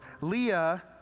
Leah